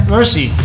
Mercy